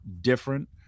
different